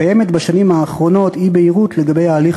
קיימת בשנים האחרונות אי-בהירות לגבי ההליך